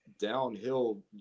downhill